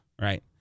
Right